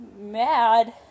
mad